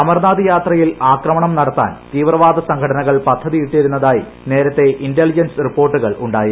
അമർനാഥ് യാത്രയിൽ ആക്രമണം നടത്താൻ തീവ്രവാദ സംഘടനകൾ പദ്ധതി ഇട്ടിരുന്നതായി നേരത്തെ ഇൻ്റലിജൻസ് റിപ്പോർട്ടുകൾ ഉണ്ടായിരുന്നു